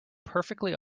perfectly